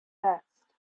vest